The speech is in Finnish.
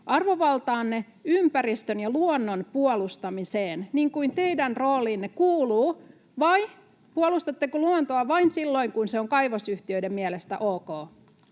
arvovaltaanne ympäristön ja luonnon puolustamiseen niin kuin teidän rooliinne kuuluu vai puolustatteko luontoa vain silloin, kun se on kaivosyhtiöiden mielestä ok?